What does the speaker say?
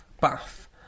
Bath